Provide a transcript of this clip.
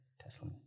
Tesla